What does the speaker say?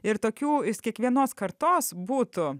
ir tokių iš kiekvienos kartos būtų